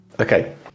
okay